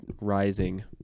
rising